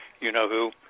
you-know-who